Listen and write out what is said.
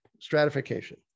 stratification